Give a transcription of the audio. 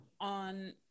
on